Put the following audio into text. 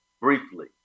briefly